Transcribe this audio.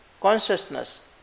consciousness